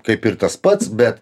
kaip ir tas pats bet